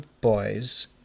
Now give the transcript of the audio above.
boys